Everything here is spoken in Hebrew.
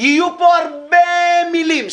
יהיו כאן הרבה מילים.